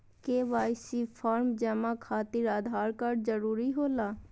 KYC form जमा खातिर Aadhaar card जरूरी होला?